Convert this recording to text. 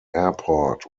airport